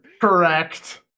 correct